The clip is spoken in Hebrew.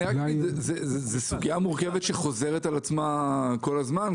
זו סוגיה מורכבת שחוזרת על עצמה לכל הזמן,